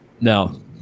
No